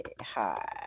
hi